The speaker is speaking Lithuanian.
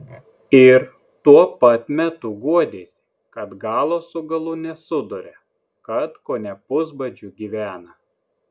ir tuo pat metu guodėsi kad galo su galu nesuduria kad kone pusbadžiu gyvena